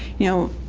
you know,